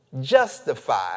justify